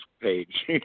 page